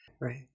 Right